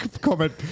Comment